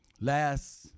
Last